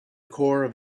corp